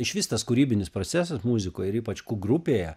išvis tas kūrybinis procesas muzikoje ir ypač kū grupėje